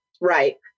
right